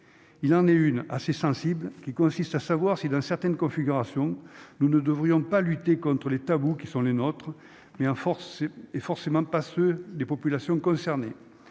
il en est une, assez sensible qui consiste à savoir si dans certaines configurations, nous ne devrions pas lutter contre les tabous qui sont les nôtres, mais un forcé et forcément pas ceux des populations concernées